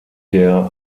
der